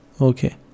Okay